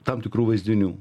tam tikrų vaizdinių